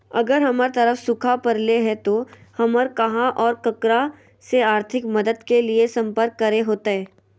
अगर हमर तरफ सुखा परले है तो, हमरा कहा और ककरा से आर्थिक मदद के लिए सम्पर्क करे होतय?